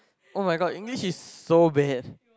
oh-my-god English is so bad